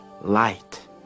light